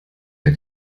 der